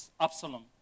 Absalom